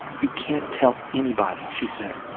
you can't tell anybody, she said.